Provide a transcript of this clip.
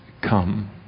come